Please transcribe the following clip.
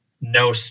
no